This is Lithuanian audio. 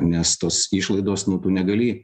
nes tos išlaidos nu tu negali